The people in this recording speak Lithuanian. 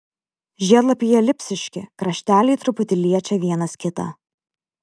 žiedlapiai elipsiški krašteliai truputį liečia vienas kitą